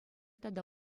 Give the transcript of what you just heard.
тата